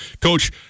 Coach